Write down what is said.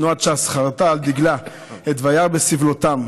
תנועת ש"ס חרתה על דגלה את "וַירא בסבלתם";